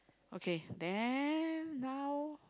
okay then now